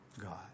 God